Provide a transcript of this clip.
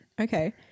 Okay